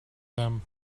them